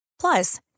Plus